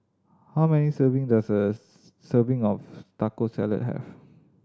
how many serving does a serving of Taco Salad have